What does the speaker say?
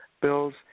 bills